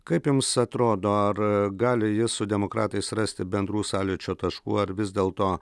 kaip jums atrodo ar gali jis su demokratais rasti bendrų sąlyčio taškų ar vis dėl to